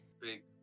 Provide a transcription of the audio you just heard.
big